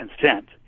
consent